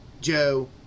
Joe